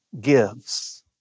gives